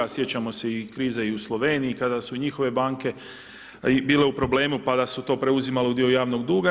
Sjećamo se i krize u Sloveniji, kada su njihove banke bile u problemu, pa da su to preuzimalo u dio javnog duga.